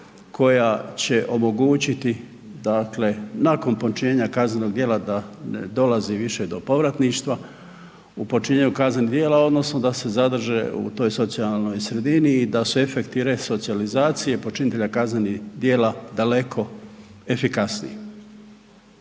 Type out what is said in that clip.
koja će omogućiti dakle nakon počinjenja kaznenog djela da ne dolazi više do povratništva u počinjenju kaznenih djela odnosno da se zadrže u toj socijalnoj sredini i da su efekti resocijalizacije počinitelja kaznenih djela daleko efikasniji.